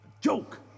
joke